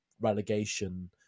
Relegation